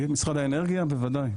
משרד האנרגיה בוודאי.